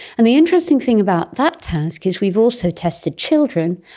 and the interesting thing about that task is we've also tested children.